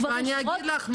כבוד היושבת ראש,